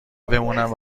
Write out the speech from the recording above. بمونم